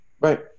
Right